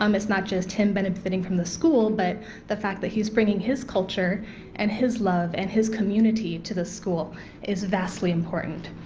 um it's not just him benefiting from the school but the fact that he is bringing his culture and his love, and his community to the school is vastly important.